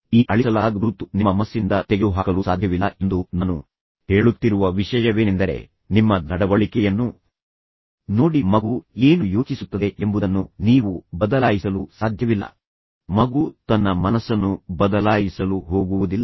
ಈ ಅಳಿಸಲಾಗದ ಗುರುತು ನಿಮ್ಮ ಮನಸ್ಸಿನಿಂದ ತೆಗೆದುಹಾಕಲು ಸಾಧ್ಯವಿಲ್ಲ ಎಂದು ನಾನು ಹೇಳುತ್ತಿರುವ ವಿಷಯವೇನೆಂದರೆ ನಿಮ್ಮ ನಡವಳಿಕೆಯನ್ನು ನೋಡಿ ಮಗು ಏನು ಯೋಚಿಸುತ್ತದೆ ಎಂಬುದನ್ನು ನೀವು ಬದಲಾಯಿಸಲು ಸಾಧ್ಯವಿಲ್ಲ ಮಗು ತನ್ನ ಮನಸ್ಸನ್ನು ಬದಲಾಯಿಸಲು ಹೋಗುವುದಿಲ್ಲ